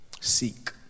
Seek